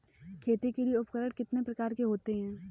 खेती के लिए उपकरण कितने प्रकार के होते हैं?